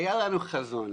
היה לנו חזון,